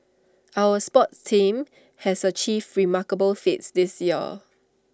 our sports teams has achieved remarkable feats this year